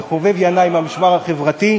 לחובב ינאי מ"המשמר החברתי".